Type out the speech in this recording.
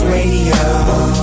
Radio